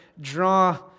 draw